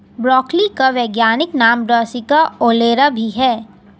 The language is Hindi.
ब्रोकली का वैज्ञानिक नाम ब्रासिका ओलेरा भी है